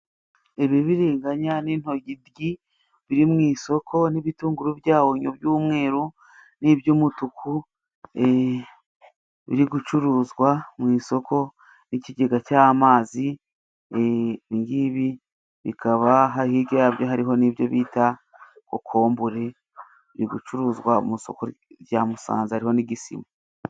Ibibiriganya n'intoryi biri mu isoko n'ibitunguru bya onyo by'umweru n'iby'umutuku biri gucuruzwa mu isoko, ikigega cy'amazi. Ibi ngibi bikaba hariya hirya yabyo hari ibyo bita kokombure, biri gucuruzwa mu isoko rya Musanze hariho n'igisima.